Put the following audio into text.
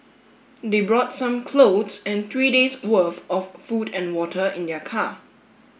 they brought some clothes and three days worth of food and water in their car